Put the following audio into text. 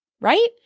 right